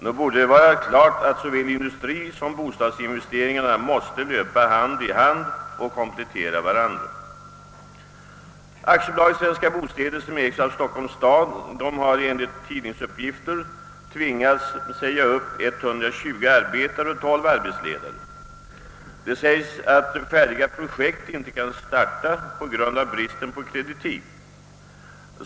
Nog borde det vara naturligt att industrioch = bostadsinvesteringarna måste löpa hand i hand och komplettera varandra. AB Svenska bostäder, som ägs av Stockholms stad, har enligt tidningsuppgifter tvingats säga upp 120 arbetare och 12 arbetsledare. Det sägs att färdiga projekt inte kan starta på grund av bristen på kreditiv.